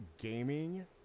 gaming